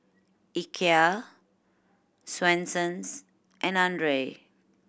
Ikea Swensens and Andre